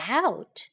out